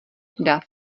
dav